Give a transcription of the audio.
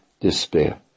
despair